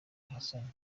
hassan